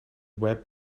web